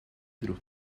droeg